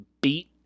beat